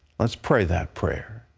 lets pray that prayer.